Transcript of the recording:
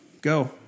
Go